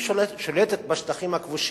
היא שולטת בשטחים הכבושים,